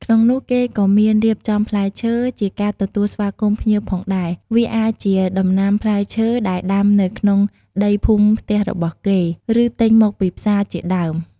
ក្នុងនោះគេក៍មានរៀបចំផ្លែឈើ ជាការទទួលស្វាគមន៍ភ្ញៀវផងដែរ វាអាចជាដំណាំផ្លែឈើដែលដាំនៅក្នុងដីភូមិផ្ទះរបស់គេ ឬទញមកពីផ្សារជាដើម។